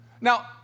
Now